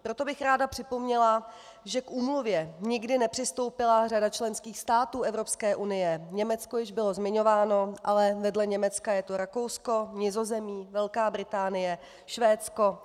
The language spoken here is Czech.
Proto bych ráda připomněla, že k úmluvě nikdy nepřistoupila řada členských států EU, Německo již bylo zmiňováno, ale vedle Německa je to Rakousko, Nizozemí, Velká Británie, Švédsko, Irsko.